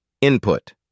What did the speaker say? Input